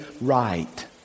right